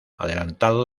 adelantado